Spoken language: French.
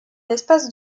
espace